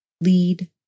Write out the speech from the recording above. lead